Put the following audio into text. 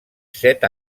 set